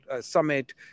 summit